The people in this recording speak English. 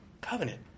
covenant